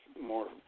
more